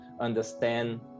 understand